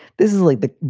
this is silly. but